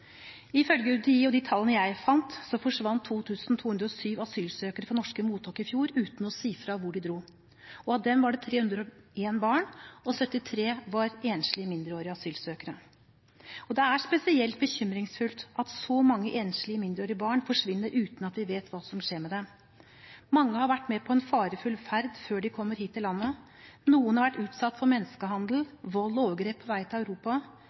Ifølge UDI og de tallene jeg fant, forsvant 2 207 asylsøkere fra norske mottak i fjor uten å si fra hvor de dro. Av dem var det 301 barn, og 73 var enslige mindreårige asylsøkere. Det er spesielt bekymringsfullt at så mange enslige mindreårige barn forsvinner uten at vi vet hva som skjer med dem. Mange har vært med på en farefull ferd før de kommer hit til landet. Noen har vært utsatt for menneskehandel, vold og overgrep på vei til Europa,